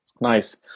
Nice